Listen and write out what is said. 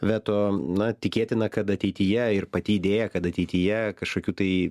veto na tikėtina kad ateityje ir pati idėja kad ateityje kažkokių tai